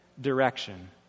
direction